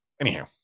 Anyhow